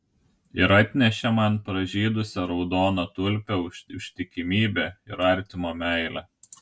ir atnešė man pražydusią raudoną tulpę už ištikimybę ir artimo meilę